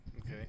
Okay